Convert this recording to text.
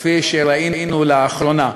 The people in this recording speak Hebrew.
כפי שראינו לאחרונה.